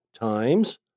times